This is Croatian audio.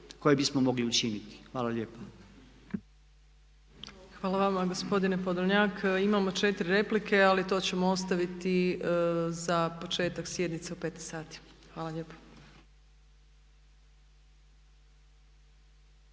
koje bismo mogli učiniti. Hvala lijepa. **Opačić, Milanka (SDP)** Hvala vama gospodine Podolnjak. Imamo 4 replike ali to ćemo ostaviti za početak sjednice u 15 sati. Hvala lijepa.